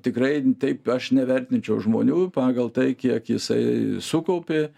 tikrai taip aš nevertinčiau žmonių pagal tai kiek jisai sukaupė